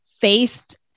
faced